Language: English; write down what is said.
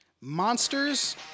monsters